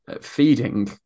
feeding